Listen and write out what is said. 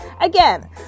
Again